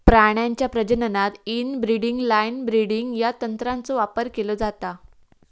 प्राण्यांच्या प्रजननात inbreeding line breeding या तंत्राचो वापर केलो जाता